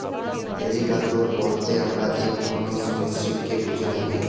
alligator বইলতে আমরা ইক ধরলের সরীসৃপকে ব্যুঝে থ্যাকি